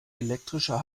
elektrischer